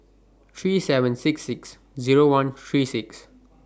three seven six six Zero one three six